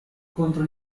contro